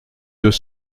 deux